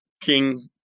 King